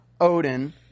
Odin